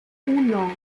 uno